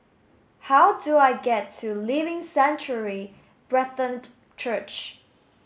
how do I get to Living Sanctuary Brethren the Church